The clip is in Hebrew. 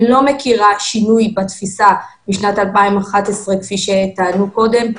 אני לא מכירה שינוי בתפיסה משנת 2011 כפי שטענו קודם.